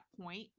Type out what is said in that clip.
point